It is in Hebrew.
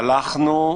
הלכנו.